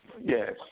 Yes